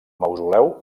mausoleu